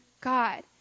God